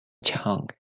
tongue